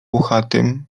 włochatym